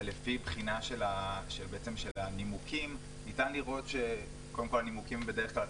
ולפי בחינה בעצם של הנימוקים ניתן לראות שקודם כל הנימוקים הם בדרך כלל,